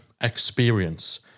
experience